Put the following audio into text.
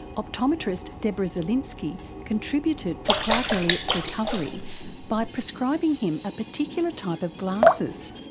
optometrist deborah zelinsky contributed to clark elliott's recovery by prescribing him a particular type of glasses.